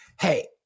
Hey